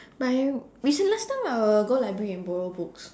but I recent~ last time I will go library and borrow books